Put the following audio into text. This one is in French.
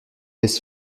laisse